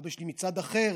אבא שלי מצד אחר,